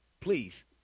please